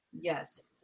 Yes